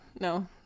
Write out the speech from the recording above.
no